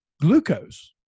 glucose